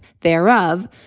thereof